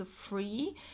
free